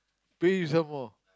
pay some more